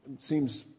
seems